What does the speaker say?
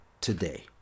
today